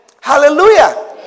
Hallelujah